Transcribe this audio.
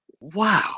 wow